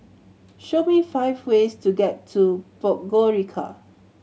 show me five ways to get to Podgorica